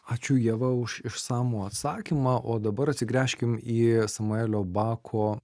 ačiū ieva už išsamų atsakymą o dabar atsigręžkim į samuelio bako